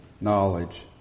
knowledge